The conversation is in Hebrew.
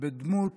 בדמות